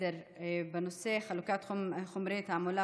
לסדר-היום בנושא: חלוקת חומרי תעמולה